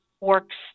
works